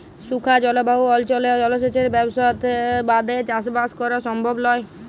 শুখা জলভায়ু অনচলে জলসেঁচের ব্যবসথা বাদে চাসবাস করা সমভব লয়